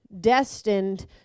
destined